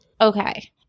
Okay